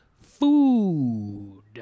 food